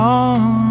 on